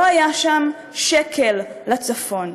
לא היה שם שקל לצפון.